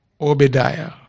Obadiah